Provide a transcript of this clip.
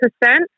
percent